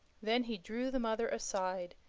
then he drew the mother aside,